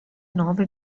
nove